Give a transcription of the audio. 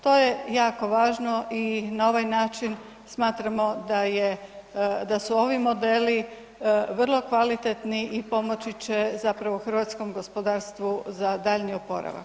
To je jako važno i na ovaj način smatramo da je, da su ovi modeli vrlo kvalitetni i pomoći će zapravo hrvatskom gospodarstvu za daljnji oporavak.